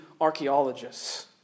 archaeologists